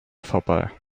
vorbei